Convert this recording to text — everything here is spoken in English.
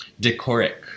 decoric